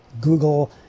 Google